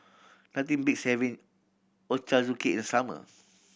nothing beats having Ochazuke in summer